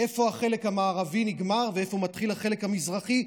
איפה החלק המערבי נגמר ואיפה מתחיל החלק המזרחי,